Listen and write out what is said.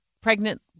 pregnant